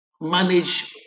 manage